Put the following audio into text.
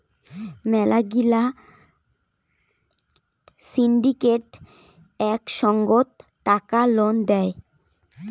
মেলা গিলা সিন্ডিকেট এক সঙ্গত টাকা লোন দেয়